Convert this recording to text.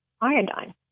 iodine